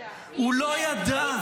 הוא לא ידע.